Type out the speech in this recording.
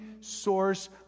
source